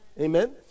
amen